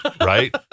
Right